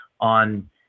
on